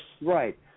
right